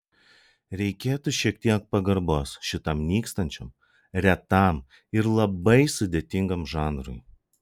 reikėtų šiek tiek pagarbos šitam nykstančiam retam ir labai sudėtingam žanrui